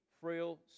frail